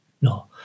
no